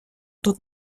тут